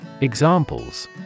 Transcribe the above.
Examples